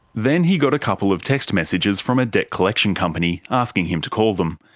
then he got a couple of text messages from a debt collection company asking him to call them.